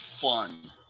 fun